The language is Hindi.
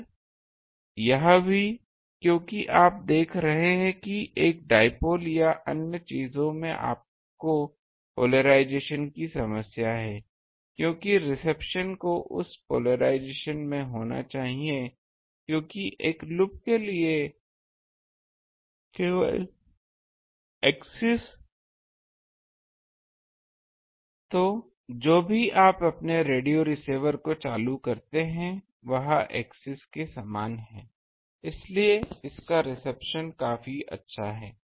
और यह भी क्योंकि यह आप देख रहे हैं कि एक डाइपोल या अन्य चीजों में आपको पोलरिज़ेशन की समस्या है क्योंकि रिसेप्शन को उस पोलरिज़ेशन में होना चाहिए लेकिन एक लूप के लिए केवल एक्सिस तो जो भी आप अपने रेडियो रिसीवर को चालू करते हैं वह एक्सिस के समान है इसलिए इसका रिसेप्शन काफी अच्छा है